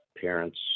parents